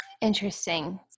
Interesting